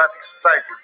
society